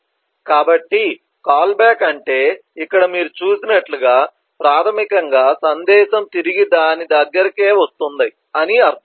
కాబట్టి call back అంటే ఇక్కడ మీరు చూసినట్లు ప్రాథమికంగా సందేశం తిరిగి దాని దగ్గరికే వస్తుంది అని అర్థం